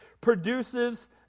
produces